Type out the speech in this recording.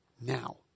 now